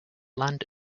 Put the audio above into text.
land